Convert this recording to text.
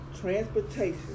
transportation